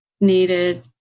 needed